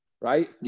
right